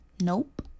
Nope